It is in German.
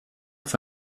auf